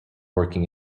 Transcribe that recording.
working